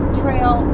trail